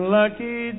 lucky